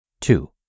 Two